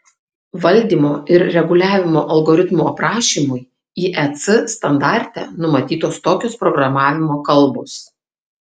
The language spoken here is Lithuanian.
valdymo ir reguliavimo algoritmų aprašymui iec standarte numatytos tokios programavimo kalbos